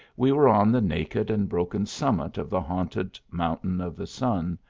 we were on the naked and broken summit of the haunted mountain of the sun,